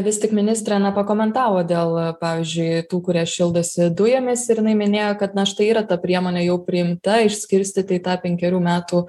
vis tik ministrė na pakomentavo dėl pavyzdžiui tų kurie šildosi dujomis ir jinai minėjo kad na štai yra ta priemonė jau priimta išskirstyti į tą penkerių metų